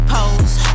Pose